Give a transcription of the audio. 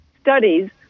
studies